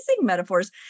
metaphors